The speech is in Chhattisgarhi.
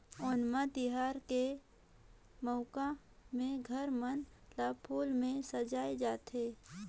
ओनम तिहार के मउका में घर मन ल फूल में सजाए जाथे